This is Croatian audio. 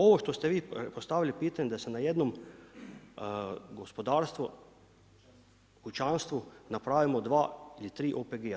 Ovo što ste vi postavili pitanje da se na jednom gospodarstvu, kućanstvu napravimo dva ili tri OPG-a.